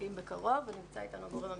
מתמזגים בקרוב, ונמצא איתנו הגורם המקצועי.